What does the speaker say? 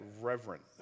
reverent